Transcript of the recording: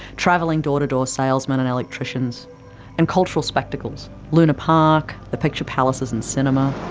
travelling door-to-door salesmen and electricians and cultural spectacles lunar park, the picture palaces and cinema.